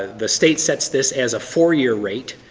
the state sets this as a four year rate.